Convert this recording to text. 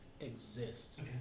exist